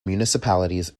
municipalities